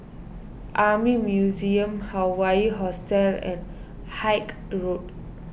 Army Museum Hawaii Hostel and Haig Road